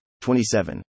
27